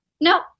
No